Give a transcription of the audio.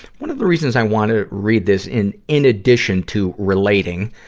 one of the reasons i wanna read this, in, in addition to relating,